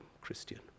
Christian